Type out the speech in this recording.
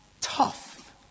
tough